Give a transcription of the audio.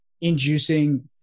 inducing